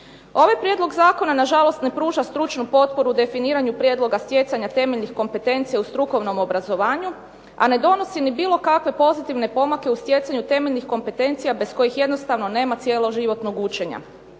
Ovaj prijedlog zakona na žalost ne pruža stručnu potporu definiranju prijedloga stjecanja temeljnih kompetencija u strukovnom obrazovanju, a ne donosi ni bilo kakve pozitivne pomake u stjecanju temeljnih kompetencija bez kojih jednostavno nema cijeloživotnog učenja.